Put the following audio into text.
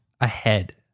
ahead